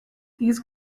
these